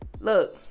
Look